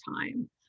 time